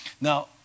Now